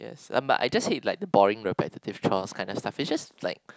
yes but I just hate like the boring repetitive chores kind of stuff is just like